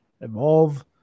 evolve